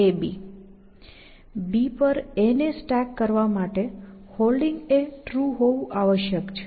B પર A ને stake કરવા માટે Holding ટ્રુ હોવું આવશ્યક છે